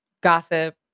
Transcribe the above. gossip